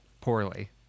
poorly